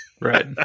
Right